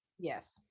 Yes